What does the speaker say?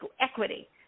equity